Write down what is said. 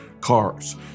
cars